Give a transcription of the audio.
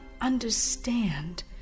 understand